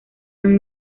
ann